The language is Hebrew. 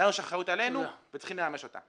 לנו יש אחריות עלינו, וצריכים לממש אותו.